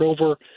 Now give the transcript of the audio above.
over